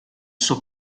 suo